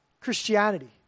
Christianity